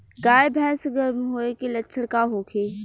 गाय भैंस गर्म होय के लक्षण का होखे?